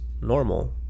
normal